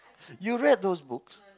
you read those books